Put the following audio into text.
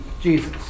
Jesus